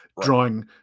drawing